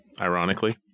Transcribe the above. ironically